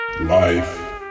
life